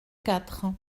quatre